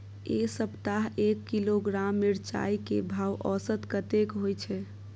ऐ सप्ताह एक किलोग्राम मिर्चाय के भाव औसत कतेक होय छै?